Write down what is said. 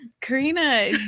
Karina